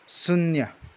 शून्य